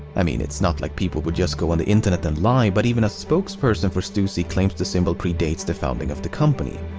i mean, it's not like people would just go on the internet and lie, but even a spokesperson for stussy claims the symbol predates the founding of the company.